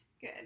Good